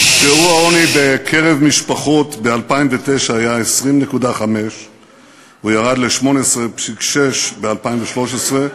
שיעור העוני בקרב משפחות ב-2009 היה 20.5%. הוא ירד ל-18.6% ב-2013,